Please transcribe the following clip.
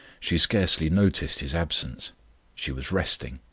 she scarcely noticed his absence she was resting,